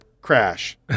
crash